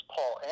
Paul